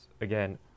again